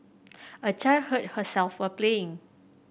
a child hurt herself while playing